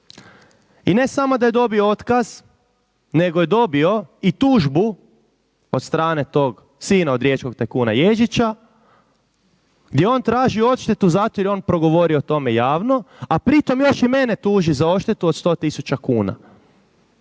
I ne samo da je dobio otkaz, nego je dobio i tužbu od strane tog sina od riječkog tajkuna Ježića gdje on traži odštetu zato jer je on progovorio o tome javno, a pri tom još i mene tuži za odštetu od 100 tisuća kuna.